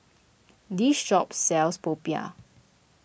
this shop sells popiah